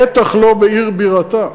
בטח לא בעיר בירתה.